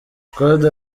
kode